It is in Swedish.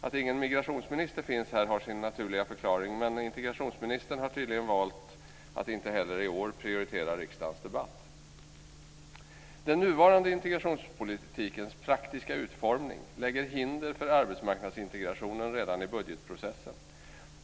Att ingen migrationsminister finns här har sin naturliga förklaring, men integrationsministern har tydligen valt att inte heller i år prioritera riksdagens debatt. "Den nuvarande integrationspolitikens praktiska utformning lägger hinder för arbetsmarknadsintegrationen redan i budgetprocessen.